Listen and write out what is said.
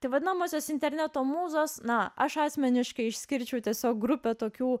tai vadinamosios interneto mūzos na aš asmeniškai išskirčiau tiesiog grupę tokių